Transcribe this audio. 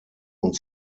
und